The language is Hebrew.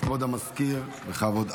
אז כבוד המזכיר, בכבוד.